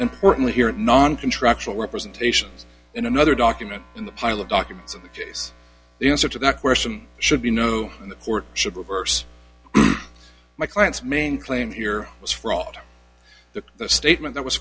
only hearing non contractual representations in another document in the pile of documents in the case the answer to that question should be no and the court should reverse my client's main claim here was fraud the statement that was